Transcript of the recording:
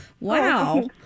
Wow